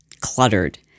cluttered